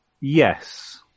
Yes